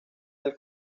del